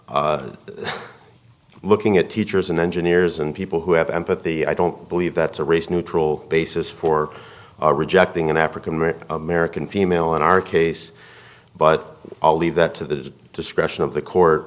again looking at teachers and engineers and people who have empathy i don't believe that's a race neutral basis for rejecting an african american american female in our case but i'll leave that to the discretion of the court